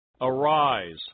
Arise